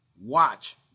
Watch